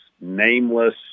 nameless